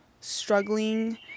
struggling